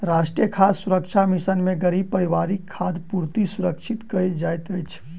राष्ट्रीय खाद्य सुरक्षा मिशन में गरीब परिवारक खाद्य पूर्ति सुरक्षित कयल जाइत अछि